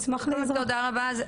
תהילה תודה רבה,